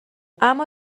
اما